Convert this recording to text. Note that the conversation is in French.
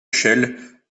échelle